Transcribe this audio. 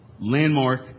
landmark